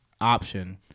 option